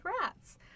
rats